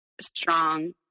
strong